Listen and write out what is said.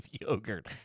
yogurt